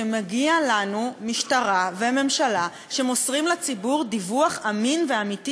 שמגיעות לנו משטרה וממשלה שמוסרות לציבור דיווח אמין ואמיתי,